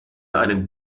einem